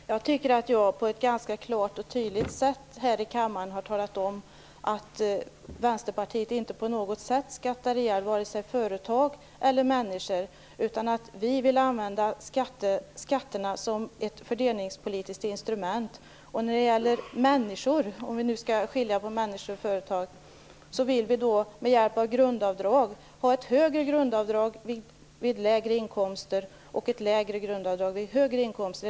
Herr talman! Jag tycker att jag på ett ganska klart och tydligt sätt här i kammaren har talat om att Vänsterpartiet inte på något sätt skattar ihjäl vare sig företag eller människor. Vi vill använda skatterna som ett fördelningspolitiskt instrument. När det gäller människor, om vi nu skall skilja på människor och företag, vill vi ta hjälp av grundavdrag. Vi vill ha ett högre grundavdrag vid lägre inkomster och ett lägre grundavdrag vid högre inkomster.